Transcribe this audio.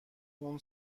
اون